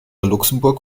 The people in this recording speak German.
luxemburg